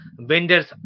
vendors